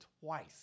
twice